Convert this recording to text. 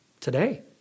today